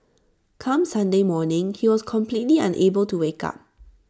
come Sunday morning he was completely unable to wake up